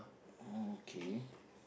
oh okay